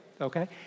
Okay